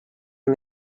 and